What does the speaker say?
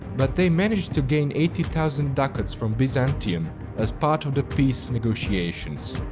but they managed to gain eighty thousand ducats from byzantium as part of the peace negotiations.